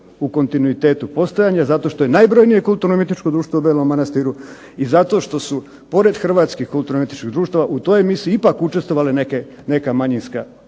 u kontinuitetu postojanja, zato što je najbrojnije kulturno umjetničko društvo u Belom Manastiru, i zato što su pored hrvatskih kulturno umjetničkih društava u toj emisiji ipak učestvovale neka manjinska